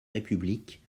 république